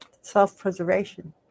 Self-preservation